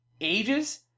ages